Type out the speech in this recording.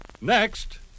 Next